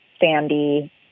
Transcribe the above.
Sandy